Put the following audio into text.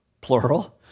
plural